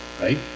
right